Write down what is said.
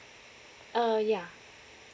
ah ya